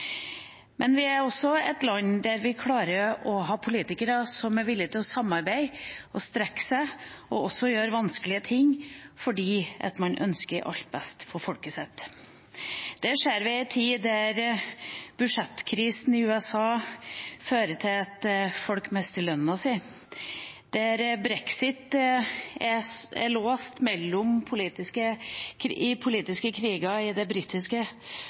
Men vi er også et land som klarer å ha politikere som er villige til å samarbeide, strekke seg og gjøre vanskelige ting fordi man ønsker alt det beste for folket sitt. Det ser vi en tid der budsjettkrisen i USA fører til at folk mister lønna si, der brexit er låst i politiske kriger i det britiske